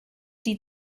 die